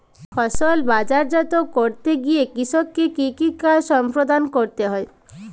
ফসল বাজারজাত করতে গিয়ে কৃষককে কি কি কাজ সম্পাদন করতে হয়?